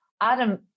Adam